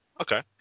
okay